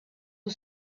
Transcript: who